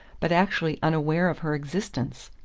but actually unaware of her existence.